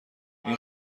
این